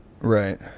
Right